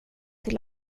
till